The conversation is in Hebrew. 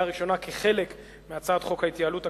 הראשונה כחלק מהצעת חוק ההתייעלות הכלכלית,